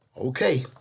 Okay